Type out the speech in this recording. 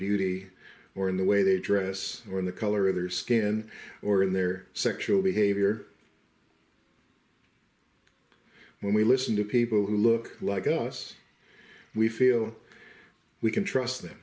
beauty or in the way they dress or the color of their skin or in their sexual behavior when we listen to people who look like us we feel we can trust them